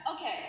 Okay